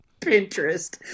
Pinterest